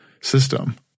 system